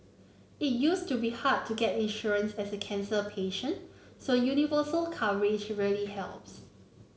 it used to be hard to get insurance as a cancer patient so universal coverage really helps